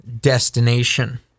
destination